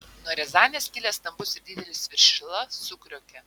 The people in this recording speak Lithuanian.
nuo riazanės kilęs stambus ir didelis viršila sukriokė